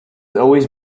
always